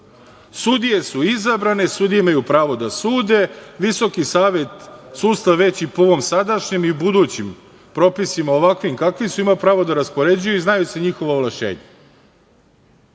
Sudije su izabrane, sudije imaju pravo da sude, Visoki savet sudstva, već i po ovom sadašnjem i po budućim propisima ovakvim kakvi su, ima pravo da raspoređuje i znaju se njihova ovlašćenja.